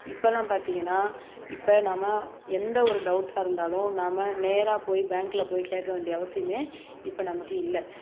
இப்பலாம் பார்த்திங்கனா இப்போ நாம் எந்த ஒரு டவுட்டாக இருந்தாலும் நாம் நேராக போய் பேங்கில் போய் கேட்க வேண்டிய அவசியம் இப்போ நமக்கு இல்லை